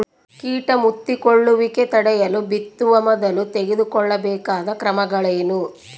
ಕೇಟ ಮುತ್ತಿಕೊಳ್ಳುವಿಕೆ ತಡೆಯಲು ಬಿತ್ತುವ ಮೊದಲು ತೆಗೆದುಕೊಳ್ಳಬೇಕಾದ ಕ್ರಮಗಳೇನು?